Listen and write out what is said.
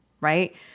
right